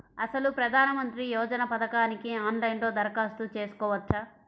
అసలు ప్రధాన మంత్రి యోజన పథకానికి ఆన్లైన్లో దరఖాస్తు చేసుకోవచ్చా?